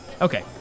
Okay